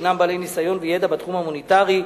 שהם בעלי ניסיון וידע בתחום המוניטרי,